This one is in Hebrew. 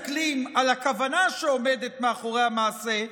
אבל כאשר מסתכלים על הכוונה שעומדת מאחורי המעשה,